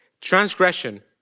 transgression